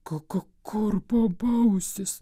ko ko kur bobausis